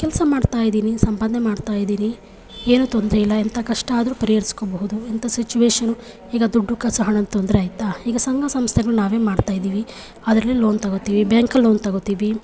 ಕೆಲಸ ಮಾಡ್ತಾಯಿದೀನಿ ಸಂಪಾದನೆ ಮಾಡ್ತಾಯಿದೀನಿ ಏನೂ ತೊಂದರೆಯಿಲ್ಲ ಎಂಥ ಕಷ್ಟ ಆದರೂ ಪರಿಹರಿಸ್ಕೊಬಹ್ದು ಎಂಥ ಸಿಚುವೇಷನು ಈಗ ದುಡ್ಡು ಕಾಸು ಹಣದ ತೊಂದರೆಯಾಯ್ತಾ ಈಗ ಸಂಘ ಸಂಸ್ಥೆಗಳು ನಾವೇ ಮಾಡ್ತಾಯಿದೀವಿ ಅದರಲ್ಲಿ ಲೋನ್ ತೊಗೊತೀವಿ ಬ್ಯಾಂಕಲ್ಲಿ ಲೋನ್ ತೊಗೊತೀವಿ